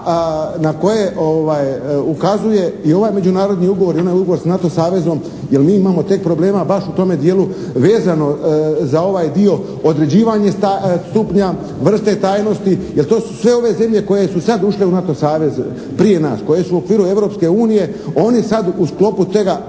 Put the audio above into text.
na koje ukazuje i ovaj međunarodni ugovor i onaj ugovor s NATO savezom jer mi imamo tek problema baš u tome dijelu vezano za ovaj dio određivanje stupnja, vrste tajnosti, jer to su sve ove zemlje koje su sad ušle u NATO savez prije nas, koje su u okviru Europske unije, oni sad u sklopu toga